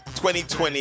2020